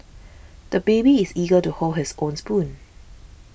the baby is eager to hold his own spoon